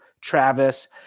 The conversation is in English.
Travis